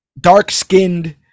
dark-skinned